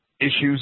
issues